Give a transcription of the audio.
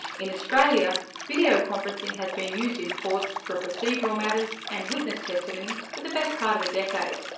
in australia, video conferencing has been used in courts for procedural matters and witness testimony for the best part of a decade.